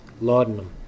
Laudanum